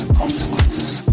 consequences